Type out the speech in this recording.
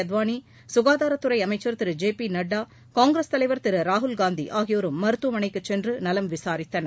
அத்வானி க்காதாரத்துறை அமைச்சர் திரு ஜே பி நட்டா காங்கிரஸ் தலைவர் திரு ராகுல் காந்தி ஆகியோரும் மருத்துவமனைக்குச் சென்று நலம் விசாரித்தனர்